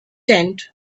tent